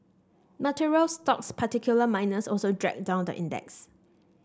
materials stocks particular miners also dragged down the index